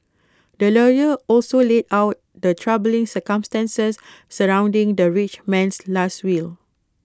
the lawyer also laid out the troubling circumstances surrounding the rich man's Last Will